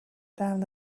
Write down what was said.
down